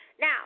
Now